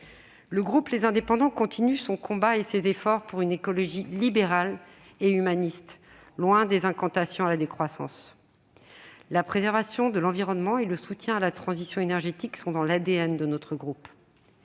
et Territoires continue son combat et ses efforts pour une écologie libérale et humaniste, loin des incantations à la décroissance. La préservation de l'environnement et le soutien à la transition énergétique sont dans l'ADN de notre groupe.